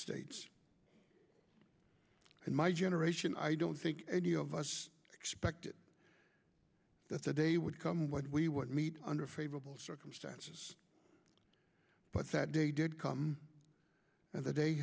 states and my generation i don't think any of us expected that the day would come when we would meet under favorable circumstances but that day did come and the day